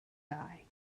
die